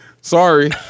Sorry